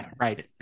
Right